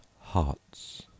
Hearts